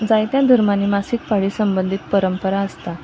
जायत्या धर्मांनी मासीक पाळी संबंदीत परंपरा आसता